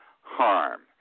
harm